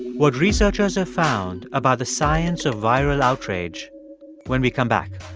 what researchers have found about the science of viral outrage when we come back